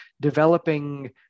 developing